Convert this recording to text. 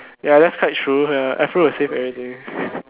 ya that's quite true ya afro will save everything